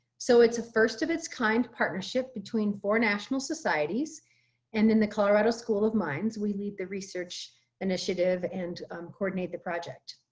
so it's a first of its kind partnership between for national societies and then the colorado school of mines we lead the research initiative and um coordinate the project.